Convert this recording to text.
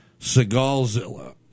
Seagalzilla